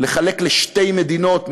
לחלק לשתי מדינות,